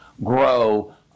grow